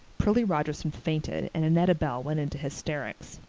prillie rogerson fainted and annetta bell went into hysterics.